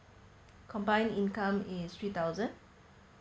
combined income is three thousand